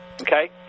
Okay